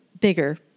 bigger